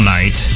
Night